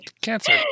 Cancer